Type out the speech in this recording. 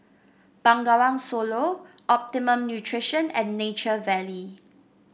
Bengawan Solo Optimum Nutrition and Nature Valley